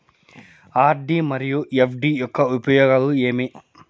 RD మరియు FD యొక్క ఉపయోగాలు ఏమి?